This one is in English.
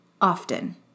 often